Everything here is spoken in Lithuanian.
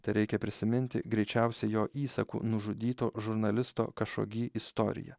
tereikia prisiminti greičiausiai jo įsaku nužudyto žurnalisto kašogi istoriją